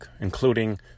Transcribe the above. including